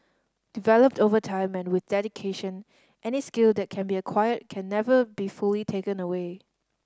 developed over time and with dedication any skill that can be acquired can never be fully taken away